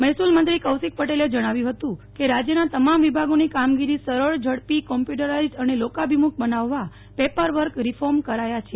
મહેસુલ મંત્રી કૌશિક પટેલે જણાવ્યું હતું કે રાજ્યના તમામ વિભાગોની કામગીરી સરળ ઝડપી કોમ્પ્યુટરાઈઝ અને લોકાભિમુખ બનાવવા પેપર વર્ક રીફોર્મ કરાયા છે